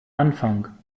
anfang